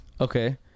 Okay